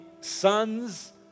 sons